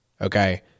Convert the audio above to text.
okay